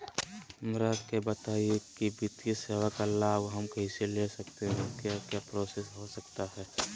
हमरा के बताइए की वित्तीय सेवा का लाभ हम कैसे ले सकते हैं क्या क्या प्रोसेस हो सकता है?